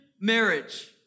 marriage